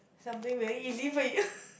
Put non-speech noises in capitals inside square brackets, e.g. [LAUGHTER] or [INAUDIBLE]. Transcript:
something very easy for you [LAUGHS]